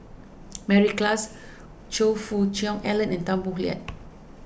Mary Klass Choe Fook Cheong Alan and Tan Boo Liat